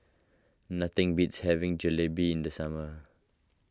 nothing beats having Jalebi in the summer